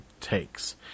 takes